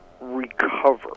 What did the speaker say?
recover